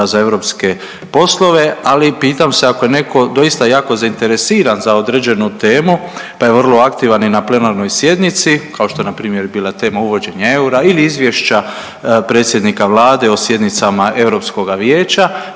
za europske poslove, ali pitam se ako je netko doista jako zainteresiran za određenu temu pa je vrlo aktivan i na plenarnoj sjednici kao što je npr. bila tema uvođenja eura ili izvješća predsjednika Vlade o sjednicama Europskoga vijeća,